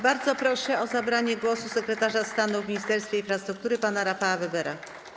Bardzo proszę o zabranie głosu sekretarza stanu w Ministerstwie Infrastruktury pana Rafała Webera.